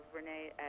Renee